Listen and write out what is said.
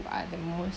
are the most